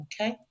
Okay